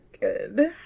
good